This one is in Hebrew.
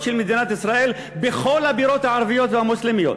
של מדינת ישראל בכל הבירות הערביות והמוסלמיות,